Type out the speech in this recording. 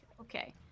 Okay